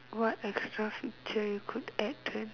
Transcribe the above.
what extra feature you could add to an